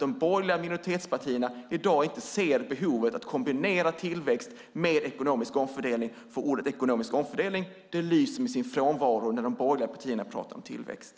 De borgerliga minoritetspartierna i dag ser inte behovet av att kombinera tillväxt med ekonomisk omfördelning, för uttrycket "ekonomisk omfördelning" lyser med sin frånvaro när de borgerliga partierna pratar om tillväxt.